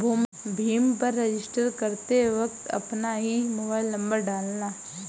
भीम पर रजिस्टर करते वक्त अपना ही मोबाईल नंबर डालना